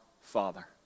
Father